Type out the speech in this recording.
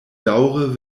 daŭre